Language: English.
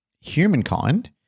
humankind